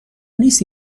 نیست